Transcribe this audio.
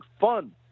fun